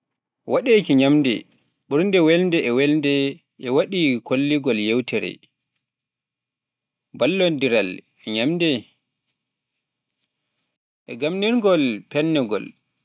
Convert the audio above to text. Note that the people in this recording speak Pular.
Waɗeeki ñaamde ɓurnde welde e welde e waɗi kollirgol yiytere, ballondiral e ñamri, e garnirgol peeñngol.